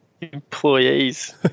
employees